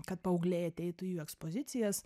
kad paaugliai ateitų į jų ekspozicijas